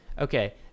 Okay